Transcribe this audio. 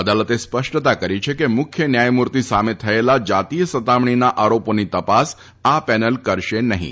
અદાલતે સ્પષ્ટતા કરી છે કે મુખ્ય ન્યાયમૂર્તિ સામે થયેલા જાતીય સતામણીના આરોપોની તપાસ આ પેનલ કરશે નફીં